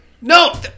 no